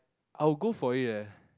I will go for it leh